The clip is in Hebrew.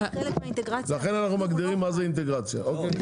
לכן אנחנו מגדירים מה זה אינטגרציה אוקיי?